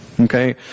Okay